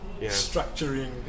structuring